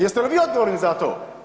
Jeste li vi odgovorni za to?